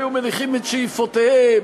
והיו מניחים את שאיפותיהם,